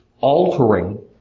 altering